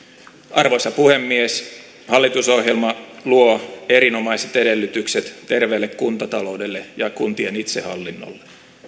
arvoisa puhemies hallitusohjelma luo erinomaiset edellytykset terveelle kuntataloudelle ja kuntien itsehallinnolle